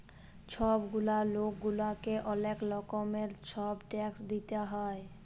ছব গুলা লক গুলাকে অলেক রকমের ছব ট্যাক্স দিইতে হ্যয়